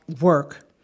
work